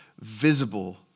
visible